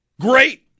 Great